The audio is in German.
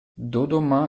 dodoma